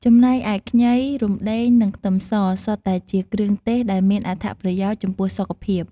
ចំណែកឯ ខ្ញី រំដេង និងខ្ទឹមស សុទ្ធតែជាគ្រឿងទេសដែលមានអត្ថប្រយោជន៍ចំពោះសុខភាព។